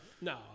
no